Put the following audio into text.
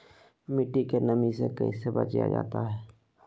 मट्टी के नमी से कैसे बचाया जाता हैं?